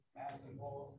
basketball